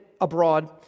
abroad